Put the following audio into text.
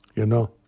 you know,